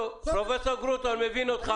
--- פרופ' גרוטו, אני מבין אותך.